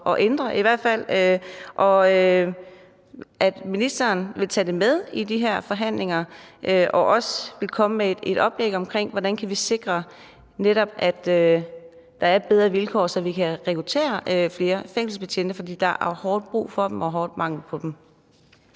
at ændre, og at ministeren vil tage det med i de her forhandlinger og også vil komme med et oplæg om, hvordan vi kan sikre, at der netop er bedre vilkår, så vi kan rekruttere flere fængselsbetjente. For der er hårdt brug for dem og stor mangel på dem.